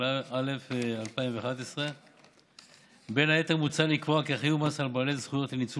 התשע"א 2011. בין היתר מוצע לקבוע כי החיוב במס על בעלי זכויות לניצול